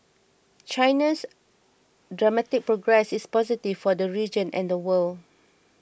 China's dramatic progress is positive for the region and the world